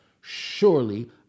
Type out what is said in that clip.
surely